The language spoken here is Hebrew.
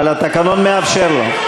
אבל התקנון מאפשר לו.